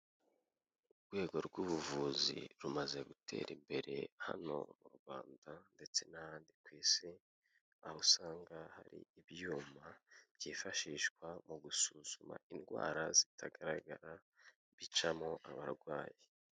Urwego rw'ubuvuzi rumaze gutera imbere hano mu Rwanda ndetse n'ahandi ku Isi aho usanga hari ibyuma byifashishwa mu gusuzuma indwara zitagaragara bicamo abarwayi.